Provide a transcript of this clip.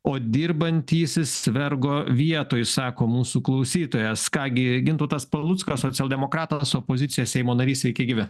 o dirbantysis vergo vietoj sako mūsų klausytojas ką gi gintautas paluckas socialdemokratas opozicijos seimo narys sveiki gyvi